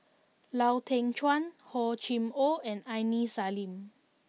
Lau Teng Chuan Hor Chim Or and Aini Salim